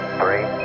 three